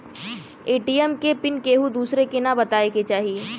ATM के PIN केहू दुसरे के न बताए के चाही